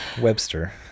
Webster